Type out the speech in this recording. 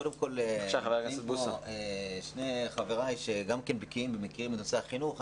קודם דיברו פה שני חבריי שגם כן בקיאים ומכירים את נושא החינוך.